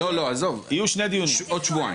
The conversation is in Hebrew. יהיו שני דיונים, עוד שבועיים.